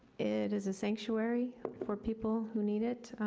it is a sanctuary for people who need it.